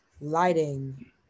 Lighting